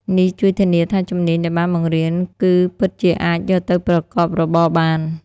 នេះជួយធានាថាជំនាញដែលបានបង្រៀនគឺពិតជាអាចយកទៅប្រកបរបរបាន។